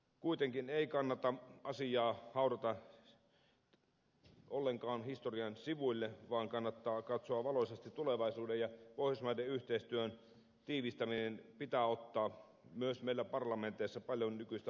kuitenkaan ei kannata asiaa haudata ollenkaan historian sivuille vaan kannattaa katsoa valoisasti tulevaisuuteen ja pohjoismaiden yhteistyön tiivistäminen pitää ottaa myös meillä parlamenteissa paljon nykyistä vakavammin